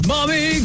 Mommy